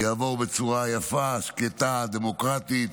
יעבור בצורה יפה, שקטה, דמוקרטית.